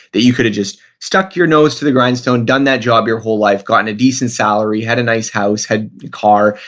that you could have just stuck your nose to the grindstone, done that job your whole life, gotten a decent salary, had a nice house, had a car,